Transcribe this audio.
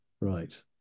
Right